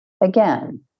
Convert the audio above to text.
again